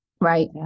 Right